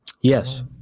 Yes